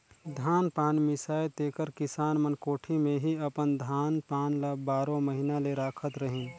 धान पान मिसाए तेकर किसान मन कोठी मे ही अपन धान पान ल बारो महिना ले राखत रहिन